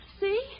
See